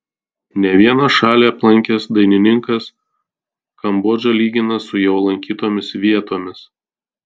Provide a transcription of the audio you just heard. ne vieną šalį aplankęs dainininkas kambodžą lygina su jau lankytomis vietomis